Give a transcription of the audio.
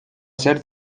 ser